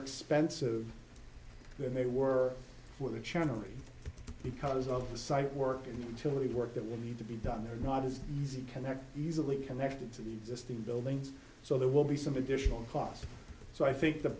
expensive than they were for the channel because of the site work and to leave work that will need to be done they're not as easy to connect easily connected to the existing buildings so there will be some additional cost so i think the